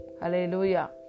Hallelujah